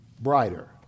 brighter